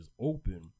open